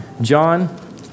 John